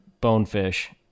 Bonefish